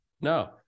No